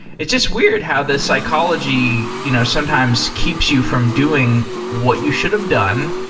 it's just weird how the psychology you know sometimes keeps you from doing what you should have done.